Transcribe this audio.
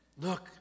Look